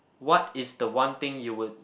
what is the one thing you would